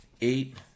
eight